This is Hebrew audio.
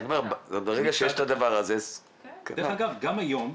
ברגע שיש את הדבר הזה --- דרך אגב גם היום,